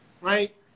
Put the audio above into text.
right